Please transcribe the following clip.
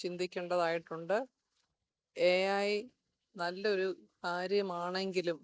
ചിന്തിക്കേണ്ടതായിട്ടുണ്ട് A I നല്ലൊരു കാര്യമാണെങ്കിലും